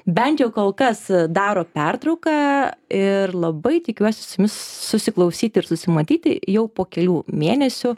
bent jau kol kas daro pertrauką ir labai tikiuosi su jumis susiklausyti ir susimatyti jau po kelių mėnesių